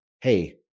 hey